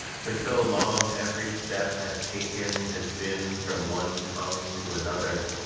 for so long, every step i've taken has been from one tongue to another